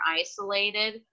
isolated